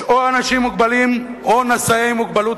יש או אנשים מוגבלים או נשאי מוגבלות,